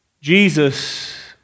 Jesus